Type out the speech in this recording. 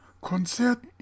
concert